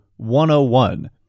101